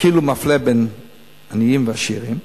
כאילו מפלה בין עניים לעשירים,